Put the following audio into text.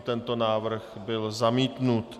Tento návrh byl zamítnut.